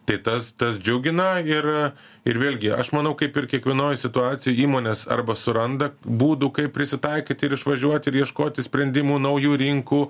tai tas tas džiugina ir ir vėlgi aš manau kaip ir kiekvienoj situacijoj įmonės arba suranda būdų kaip prisitaikyti ir išvažiuoti ir ieškoti sprendimų naujų rinkų